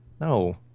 no